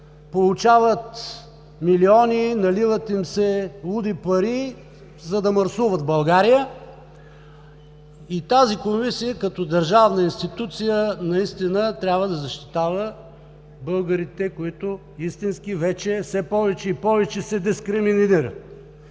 получават милиони, наливат им се луди пари, за да мърсуват в България. Тази Комисия като държавна институция трябва да защитава българите, които вече все повече и повече се дискриминират